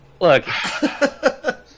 Look